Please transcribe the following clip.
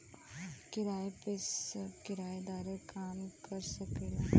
किराया पे बस किराएदारे काम कर सकेला